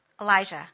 Elijah